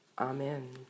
Amen